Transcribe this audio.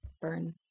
burn